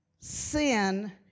Sin